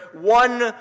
one